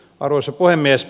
arvoisa puhemies